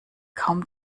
kaum